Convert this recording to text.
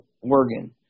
organ